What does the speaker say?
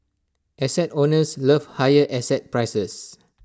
asset owners love higher asset prices